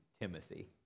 Timothy